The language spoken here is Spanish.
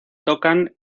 tocan